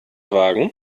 wagen